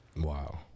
wow